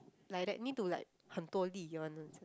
like that need to like 很多力 one ah